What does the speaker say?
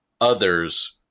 others